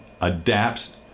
adapts